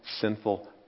sinful